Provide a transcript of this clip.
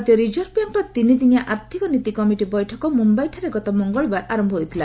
ଭାରତୀୟ ରିଜର୍ଭ ବ୍ୟାଙ୍କର ତିନିଦିନିଆ ଆର୍ଥିକ ନୀତି କମିଟି ବୈଠକ ମୁମ୍ଭାଇଠାରେ ଗତ ମଙ୍ଗଳବାର ଆରମ୍ଭ ହୋଇଥିଲା